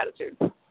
attitude